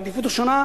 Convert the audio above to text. בעדיפות ראשונה,